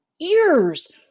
ears